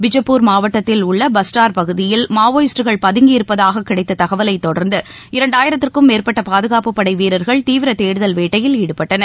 பிஐப்பூர் மாவட்டத்தில் உள்ள பஸ்டார் பகுதியில் மாவோயிஸ்டுகள் பதுங்கியிருப்பதாககிடைத்ததகவலைத் தொடர்ந்து இரண்டாயிரத்திற்கும் மேற்பட்டபாதுகாப்புப் படைவீரர்கள் தீவிரதேடுதல் வேட்டையில் ஈடுபட்டனர்